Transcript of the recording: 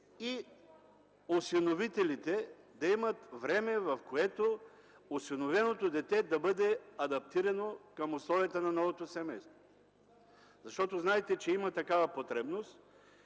и осиновителите да имат време, в което осиновеното дете да бъде адаптирано към условията на новото семейство. Защото знаете, че има такава потребност